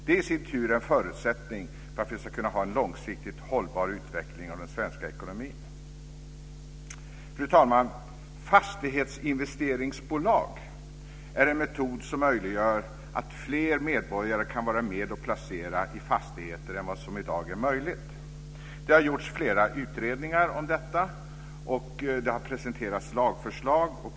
Det i sin tur är en förutsättning för att vi ska kunna ha en långsiktigt hållbar utveckling av den svenska ekonomin. Fru talman! Fastighetsinvesteringsbolag är en metod som möjliggör att fler medborgare kan vara med och placera i fastigheter än vad som i dag är möjligt. Det har gjorts flera utredningar om detta, och det har presenterats lagförslag.